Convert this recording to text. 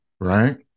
right